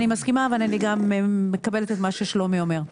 אני מסכימה ואני גם מקבלת את מה ששלומי אומר.